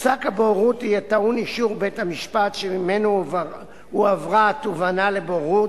פסק הבוררות יהיה טעון אישור בית-המשפט שממנו הועברה התובענה לבוררות,